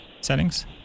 settings